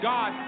God